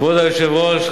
כבוד היושב-ראש,